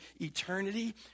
eternity